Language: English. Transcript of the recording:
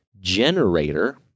generator